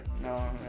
No